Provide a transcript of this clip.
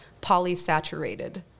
polysaturated